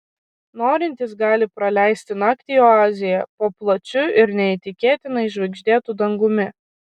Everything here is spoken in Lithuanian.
norintys gali praleisti naktį oazėje po plačiu ir neįtikėtinai žvaigždėtu dangumi